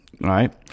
Right